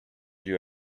you